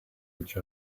each